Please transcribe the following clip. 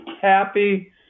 happy